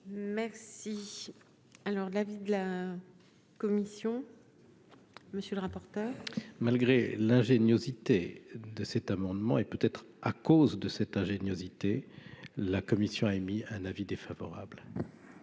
Merci, alors l'avis de la commission, monsieur le rapporteur. Malgré l'ingéniosité de cet amendement et peut être à cause de cette ingéniosité, la commission a émis un avis défavorable.